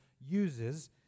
uses